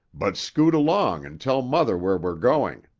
but scoot along and tell mother where we're going.